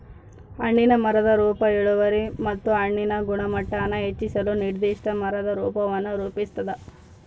ಹಣ್ಣಿನ ಮರದ ರೂಪ ಇಳುವರಿ ಮತ್ತು ಹಣ್ಣಿನ ಗುಣಮಟ್ಟಾನ ಹೆಚ್ಚಿಸಲು ನಿರ್ದಿಷ್ಟ ಮರದ ರೂಪವನ್ನು ರೂಪಿಸ್ತದ